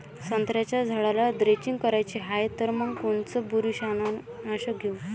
संत्र्याच्या झाडाला द्रेंचींग करायची हाये तर मग कोनच बुरशीनाशक घेऊ?